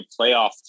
playoff